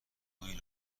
مویی